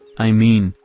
i mean,